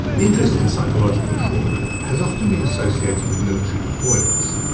interest in psychological trauma has often been associated with military deployments.